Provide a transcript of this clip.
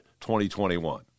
2021